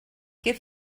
què